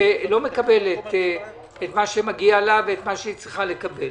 יש קבוצה באוכלוסייה שלא מקבלת את מה שמגיע לה ואת מה שהיא צריכה לקבל.